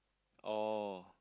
oh